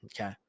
Okay